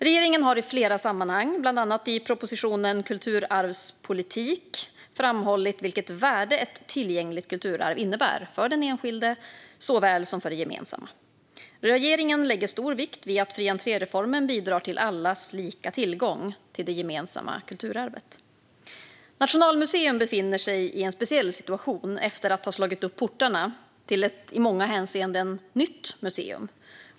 Regeringen har i flera sammanhang, bland annat i propositionen Kul turarvspolitik , framhållit vilket värde ett tillgängligt kulturarv innebär för den enskilde såväl som för det gemensamma. Regeringen lägger stor vikt vid att fri-entré-reformen bidrar till allas lika tillgång till det gemensamma kulturarvet. Nationalmuseum befinner sig i en speciell situation efter att ha slagit upp portarna till ett i många hänseenden nytt museum.